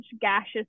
gaseous